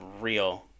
real